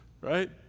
Right